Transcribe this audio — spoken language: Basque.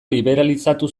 liberalizatu